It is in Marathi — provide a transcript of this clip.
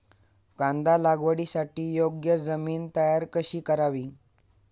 कांदा लागवडीसाठी योग्य जमीन तयार कशी करावी?